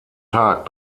tag